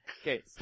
Okay